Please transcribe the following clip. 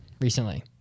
recently